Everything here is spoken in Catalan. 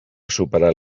superar